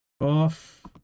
off